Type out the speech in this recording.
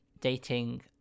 dating